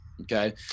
Okay